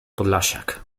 podlasiak